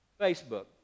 Facebook